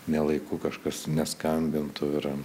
ne laiku kažkas neskambintų yra